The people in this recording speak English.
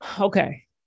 Okay